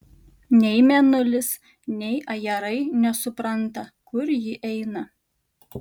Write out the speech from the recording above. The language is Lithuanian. nei mėnulis nei ajerai nesupranta kur ji eina